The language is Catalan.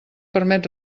permet